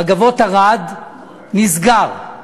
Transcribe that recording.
"מגבות ערד", נסגר.